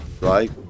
Right